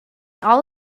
all